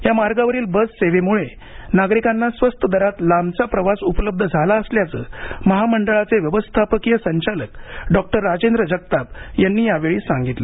या मार्गावरील बस सेवेमुळे नागरिकांना स्वस्त दरात लांबचा प्रवास उपलब्ध झाला असल्याचं महामंडळाचे व्यवस्थापकीय संचालक डॉक्टर राजेंद्र जगताप यांनी यावेळी सांगितलं